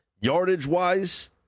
Yardage-wise